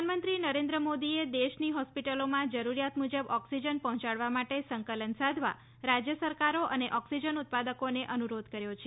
પ્રધાનમંત્રી નરેન્રે મોદીએ દેશની હોસ્પિટલોમાં જરૂરિયાત મુજબ ઓક્સિજન પર્હોચાડવા માટે સંકલન સાધવા રાજ્ય સરકારો અને ઓક્સિજન ઉત્પાદકોને અનુરોધ કર્યો છે